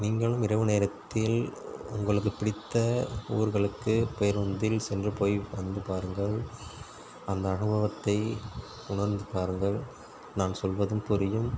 நீங்களும் இரவு நேரத்தில் உங்களுக்கு பிடித்த ஊர்களுக்கு பேருந்தில் சென்று போய் வந்து பாருங்கள் அந்த அனுபவத்தை உணர்ந்து பாருங்கள் நான் சொல்வதும் புரியும்